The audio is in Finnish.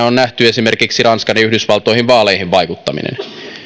on nähty esimerkiksi ranskan ja yhdysvaltojen vaaleihin vaikuttaminen